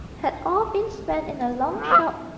had all been spent in a long shop,